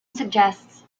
suggests